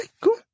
cool